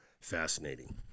fascinating